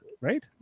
right